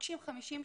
מבקשים 50 שקלים.